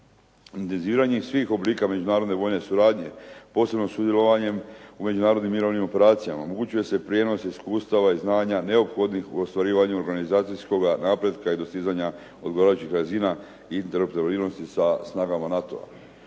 ne razumije./… svih oblika međunarodne vojne suradnje, posebno sudjelovanjem u međunarodnim mirovnim operacijama omogućuje se prijenos iskustava i znanja neophodnih u ostvarivanju organizacijskoga napretka i dostizanja odgovarajućih razina interoperatibilnosti sa snagama NATO-a.